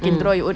mm